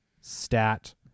stat